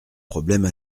problème